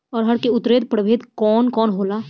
अरहर के उन्नत प्रभेद कौन कौनहोला?